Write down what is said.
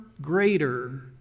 greater